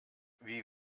wie